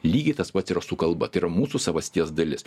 lygiai tas pats yra su kalba tai yra mūsų savasties dalis